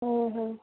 हो हो